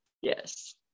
yes